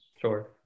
Sure